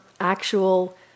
actual